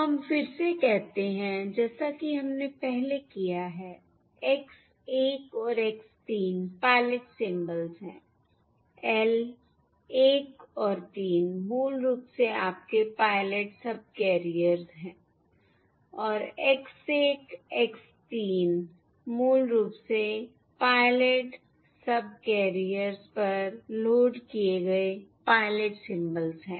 हम फिर से कहते हैं जैसा कि हमने पहले किया है X 1 और X 3 पायलट सिंबल्स हैं l 1 और 3 मूल रूप से आपके पायलट सबकैरियर्स है और X 1 X 3 मूल रूप से पायलट सबकैरियर्स पर लोड किए गए पायलट सिंबल्स हैं